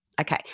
Okay